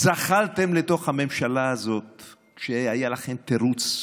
זחלתם לתוך הממשלה הזאת כשהיה לכם תירוץ: